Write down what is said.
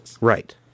Right